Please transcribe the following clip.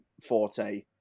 forte